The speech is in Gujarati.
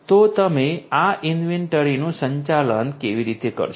તો તમે આ ઇન્વેન્ટરીનું સંચાલન કેવી રીતે કરશો